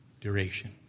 duration